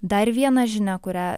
dar viena žinia kurią